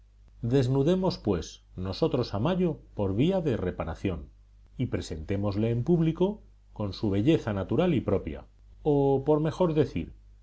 desnudemos pues nosotros a mayo por vía de reparación y presentémoslo en público con su belleza natural y propia o por mejor decir